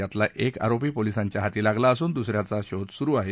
यातला एक आरोपी पोलिसांच्या हाती लागला असून दुस याचा शोध सुरु आहे